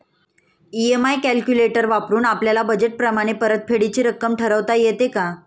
EMI calculator वापरून आपापल्या budget प्रमाणे परतफेडीची रक्कम ठरवता येते का?